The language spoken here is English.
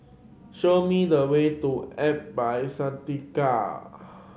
show me the way to By Santika